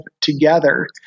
together